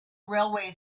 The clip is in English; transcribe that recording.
railway